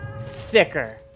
Sicker